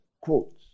quotes